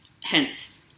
hence